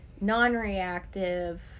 non-reactive